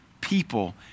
people